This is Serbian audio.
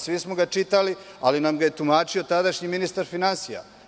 Svi smo ga čitali, ali nam ga je tumačio tadašnji ministar finansija.